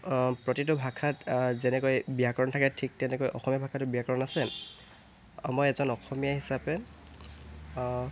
প্ৰতিটো ভাষাত যেনেকৈ ব্যাকৰণ থাকে ঠিক তেনেকৈ অসমীয়া ভাষাতো ব্যাকৰণ আছে আৰু মই এজন অসমীয়া হিচাপে